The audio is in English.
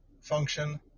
function